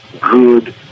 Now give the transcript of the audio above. good